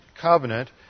covenant